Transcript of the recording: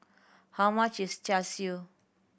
how much is Char Siu